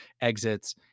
exits